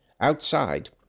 Outside